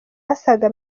asaga